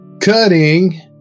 Cutting